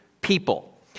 people